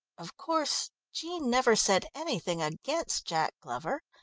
of course jean never said anything against jack glover.